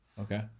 Okay